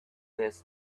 this